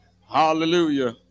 hallelujah